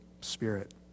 Spirit